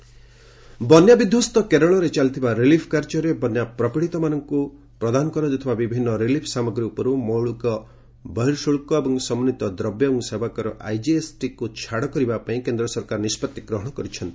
କେରଳ କିଏସ୍ଟି ବନ୍ୟା ବିଧ୍ୱସ୍ତ କେରଳରେ ଚାଲିଥିବା ରିଲିଫ୍ କାର୍ଯ୍ୟରେ ବନ୍ୟା ପ୍ରପୀଡ଼ିତମାନଙ୍କୁ ପ୍ରଦାନ କରାଯାଉଥିବା ବିଭିନ୍ନ ରିଲିଫ୍ ସାମଗ୍ରୀ ଉପର୍ ମୌଳିକ ବହିଃଶୁଳ୍କ ଏବଂ ସମନ୍ୱିତ ଦ୍ରବ୍ୟ ଏବଂ ସେବା କର ଆଇଜିଏସ୍ଟିକୁ ଛାଡ଼ କରିବା ପାଇଁ କେନ୍ଦ୍ର ସରକାର ନିଷ୍ପତ୍ତି ଗ୍ରହଣ କରିଛନ୍ତି